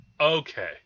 Okay